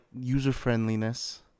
user-friendliness